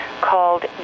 called